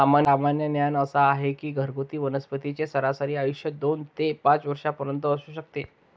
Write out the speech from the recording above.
सामान्य ज्ञान असा आहे की घरगुती वनस्पतींचे सरासरी आयुष्य दोन ते पाच वर्षांपर्यंत असू शकते